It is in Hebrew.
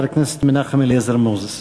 חבר הכנסת מנחם אליעזר מוזס.